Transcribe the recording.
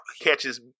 catches